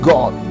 God